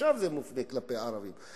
ועכשיו זה מופנה כלפי ערבים.